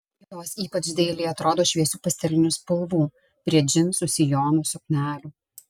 jos ypač dailiai atrodo šviesių pastelinių spalvų prie džinsų sijonų suknelių